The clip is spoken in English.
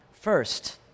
first